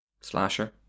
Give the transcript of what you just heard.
Slasher